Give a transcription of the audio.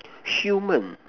human